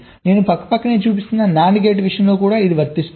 నేను పక్కపక్కనే చూపిస్తున్న NAND గేట్ విషయంలో కూడా ఇది వర్తిస్తుంది